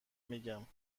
میگم